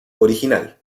original